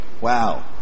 Wow